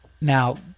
now